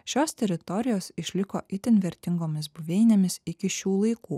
šios teritorijos išliko itin vertingomis buveinėmis iki šių laikų